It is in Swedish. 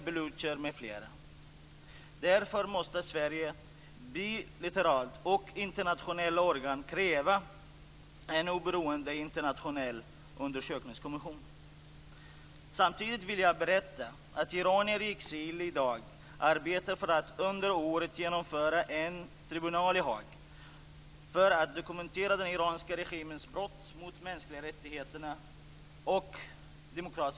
Respekten för de mänskliga rättigheterna är inte samma sak som demokrati, även om ett konsekvent genomförande av rättigheterna leder till ett samhälle med demokratiska förtecken - ett samhälle där den enskilda människan kan delta i den politiska processen, där det finns rättssäkerhet, där det finns ett oberoende rättsväsende. Det finns alltså uppenbara samband mellan mänskliga rättigheter och demokrati.